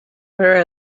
where